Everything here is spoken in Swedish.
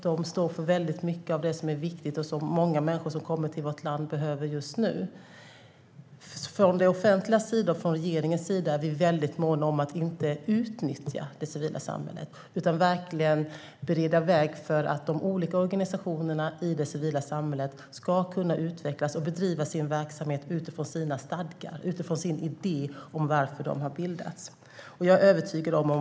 De står för mycket av det som är viktigt och som många människor som kommer till vårt land behöver just nu. Från det offentligas sida och från regeringens sida är vi mycket måna om att inte utnyttja det civila samhället utan verkligen bereda väg för att de olika organisationerna i det civila samhället ska kunna utvecklas och bedriva sin verksamhet utifrån sina stadgar, utifrån sin idé om varför de har bildats.